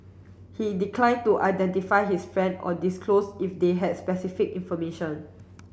he declined to identify his friend or disclose if they had specific information